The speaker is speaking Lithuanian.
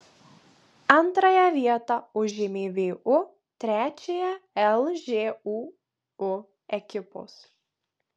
antrąją vietą užėmė vu trečiąją lžūu ekipos